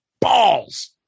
balls